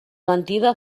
mentida